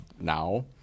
now